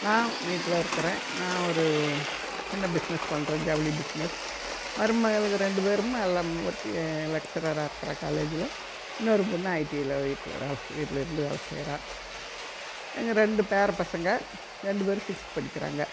நான் வீட்டில் இருக்கிறேன் நான் ஒரு சின்ன பிஸ்னஸ் பண்ணுறேன் ஜவுளி பிஸ்னஸ் மருமகளுகள் ரெண்டு பேருமே எல்லாம் ஒருத்தி லெக்சுரர்ராக இருக்கிறா காலேஜில் இன்னொரு பொண்ணு ஐடிஐயில் வீட்டில் வேலை செய் வீட்லிருந்து வேலை செய்கிறா எங்கள் ரெண்டு பேரை பசங்கள் ரெண்டு பேரும் சிக்ஸ்த் படிக்கிறாங்க